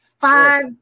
five